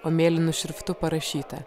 o mėlynu šriftu parašyta